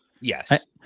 Yes